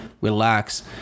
relax